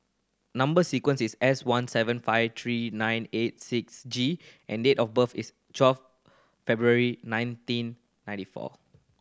number sequence is S one seven five three nine eight six G and date of birth is twelve February nineteen ninety four